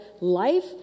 life